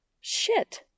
Shit